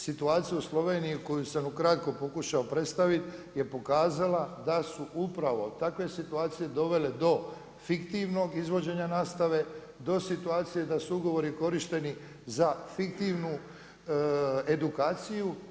Situacija u Sloveniji koju sam ukratko pokušao predstaviti je pokazala da su upravo takve situacije dovele do fiktivnog izvođenja nastave, do situacije da su ugovori korišteni za fiktivnu edukaciju.